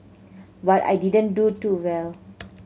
but I didn't do too well